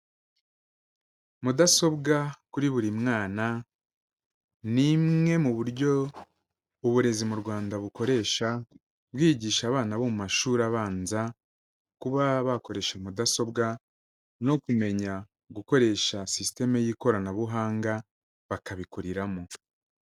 Mudasobwa kuri buri mwana, ni imwe mu buryo uburezi mu Rwanda bukoresha bwigisha abana bo mu mashuri abanza, kuba bakoresha mudasobwa, no kumenya gukoresha sisiteme y'ikoranabuhanga bakabikuriramo.